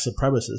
supremacists